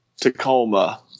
Tacoma